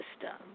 system